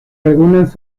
algunas